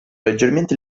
leggermente